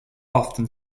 often